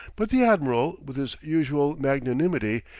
but the admiral, with his usual magnanimity,